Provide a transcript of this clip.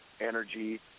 energy